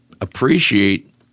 appreciate